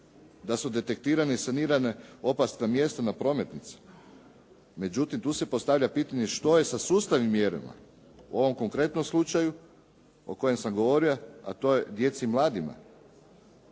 da su detektirana i sanirana opasna mjesta na prometnicama, međutim tu se postavlja pitanje što je sa sustavnim mjerama, u ovom konkretnom slučaju o kojem sam govorio, a to je djeci i mladima.